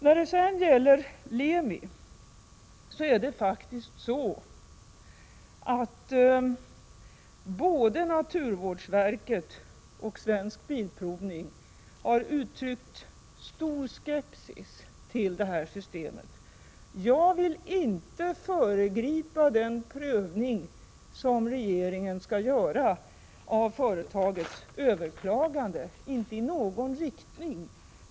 När det sedan gäller LEMI-systemet har faktiskt både naturvårdsverket och Svensk Bilprovning uttryckt stor skepsis mot systemet. Jag vill inte föregripa den prövning som regeringen skall göra av företagets överklagande —- inte i någon riktning.